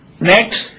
Next